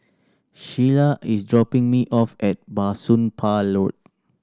Shyla is dropping me off at Bah Soon Pah Road